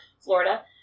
Florida